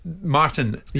Martin